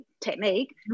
technique